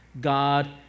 God